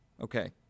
Okay